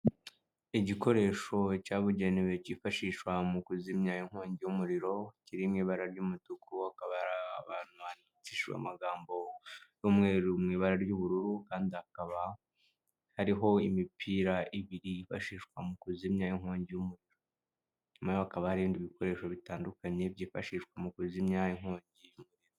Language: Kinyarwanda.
Igikoresho cyabugenewe cyifashishwa mu kuzimya inkongi y'umuriro kiri mu ibara ry'umutuku akabatsishu amagambo y'umweru mu ibara ry'ubururu kandi hakaba hariho imipira ibirifashishwa mu kuzimya inkongi nyuma hakaba arirenga ibi bikoresho bitandukanye byifashishwa mu kuzimyaya inkongi.